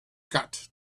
got